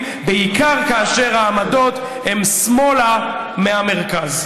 בעיקר כאשר העמדות הן שמאלה מהמרכז.